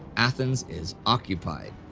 athens is occupied.